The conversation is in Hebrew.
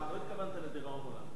לא התכוונת לדיראון עולם,